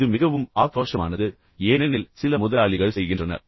இது உண்மையில் மிகவும் ஆக்ரோஷமானது ஏனெனில் சில முதலாளிகள் செய்கின்றனர்